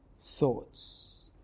thoughts